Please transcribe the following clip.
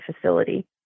facility